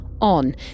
on